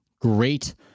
great